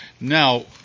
Now